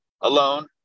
alone